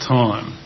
time